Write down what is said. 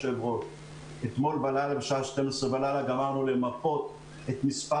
אתמול בלילה בחצות גמרנו למפות את מספר